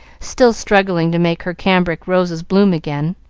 still struggling to make her cambric roses bloom again.